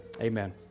Amen